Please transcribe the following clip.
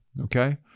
Okay